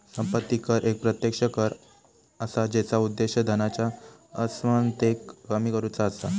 संपत्ती कर एक प्रत्यक्ष कर असा जेचा उद्देश धनाच्या असमानतेक कमी करुचा असा